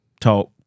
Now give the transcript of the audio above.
talk